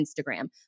Instagram